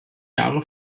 jahre